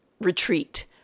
retreat